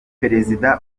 perezida